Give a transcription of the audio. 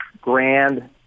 grand